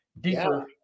deeper